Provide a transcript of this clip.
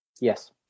Yes